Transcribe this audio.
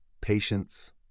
patience